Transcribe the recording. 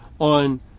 on